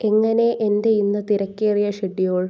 എങ്ങനെ എൻ്റെ ഇന്ന് തിരക്കേറിയ ഷെഡ്യൂൾ